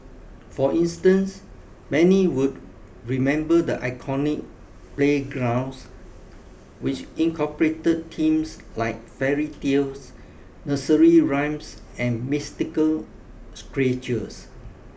for instance many would remember the iconic playgrounds which incorporated themes like fairy tales nursery rhymes and mythical creatures